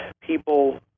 people